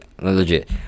legit